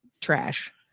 trash